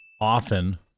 often